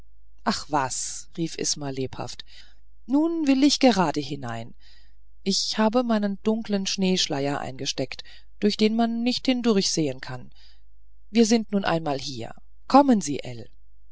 ach was rief isma lebhaft nun will ich gerade hinein ich habe meinen dunklen schneeschleier eingesteckt durch den man nicht hindurchsehen kann wir sind nun einmal hier kommen sie